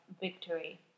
victory